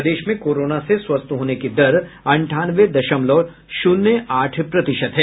प्रदेश में कोरोना से स्वस्थ होने की दर अंठानवे दशमलव शून्य आठ प्रतिशत है